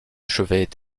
chevet